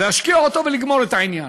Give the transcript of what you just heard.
להשקיע אותו ולגמור את העניין.